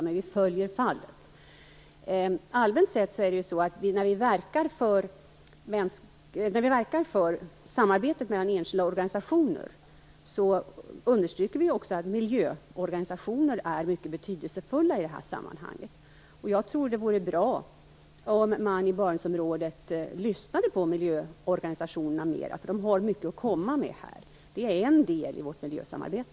Men jag följer fallet. När vi rent allmänt verkar för samarbete mellan enskilda organisationer understryker vi också att miljöorganisationer är mycket betydelsefulla i sammanhanget. Det vore bra om man i Barentsområdet lyssnade mera på miljöorganisationerna, eftersom de har mycket att komma med. Det är en del i vårt miljösamarbete.